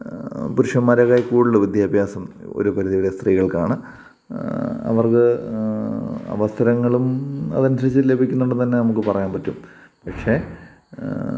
പുരുഷന്മാരേക്കാൾ കൂടുതൽ വിദ്യാഭ്യാസം ഒരു പരിധിവരെ സ്ത്രീകൾക്കാണ് അവർക്ക് അവസരങ്ങളും അതനുസരിച്ച് ലഭിക്കുന്നുണ്ടെന്ന് തന്നെ നമുക്ക് പറയാൻ പറ്റും പക്ഷേ